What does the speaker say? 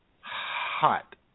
hot